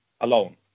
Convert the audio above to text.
alone